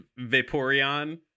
Vaporeon